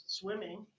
swimming